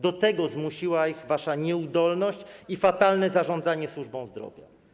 Do tego zmusiła ich wasza nieudolność i fatalne zarządzanie służbą zdrowia.